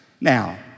Now